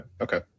Okay